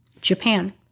Japan